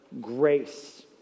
grace